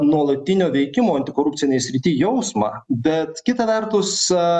nuolatinio veikimo antikorupcinėj srity jausmą bet kita vertus